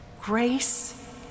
Grace